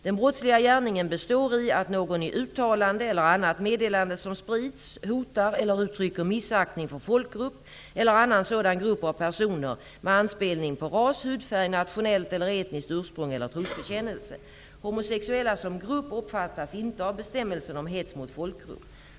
Den brottsliga gärningen består i att någon i uttalande eller annat meddelande som sprids hotar eller uttrycker missaktning för folkgrupp eller annan sådan grupp av personer med anspelning på ras, hudfärg, nationellt eller etniskt ursprung eller trosbekännelse. Homosexuella som grupp omfattas inte av bestämmelsen om hets mot folkgrupp.